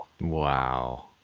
Wow